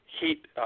heat